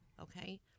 okay